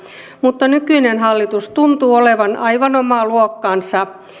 mutta nykyinen hallitus tuntuu olevan aivan omaa luokkaansa